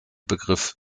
begriff